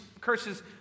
curses